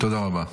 תודה רבה.